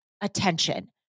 attention